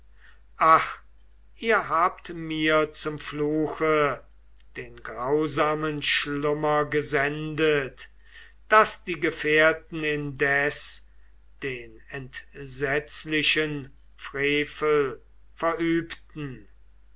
ach ihr habt mir zum fluche den grausamen schlummer gesendet daß die gefährten indes den entsetzlichen frevel verübten